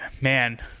man